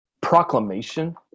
proclamation